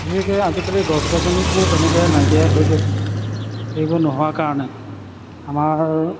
বিশেষকৈ আজিকালি গছ গছনিবোৰ তেনেকৈ নাইকিয়া হৈ গ'ল সেইবোৰ নোহোৱাৰ কাৰণে আমাৰ